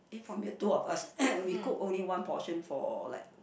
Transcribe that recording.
from here two of us we cook only one portion for like